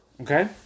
Okay